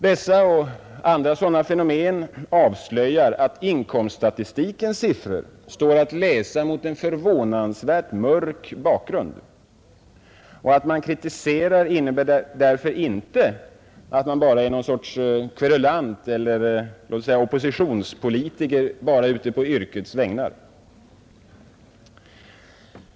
Dessa och andra sådana fenomen avslöjar att inkomststatistikens siffror står att läsa mot en förvånansvärt mörk bakgrund. Att man kritiserar innebär därför inte att man bara är någon sorts kverulant, eller låt oss säga oppositionspolitiker, som bara är ute på yrkets vägnar.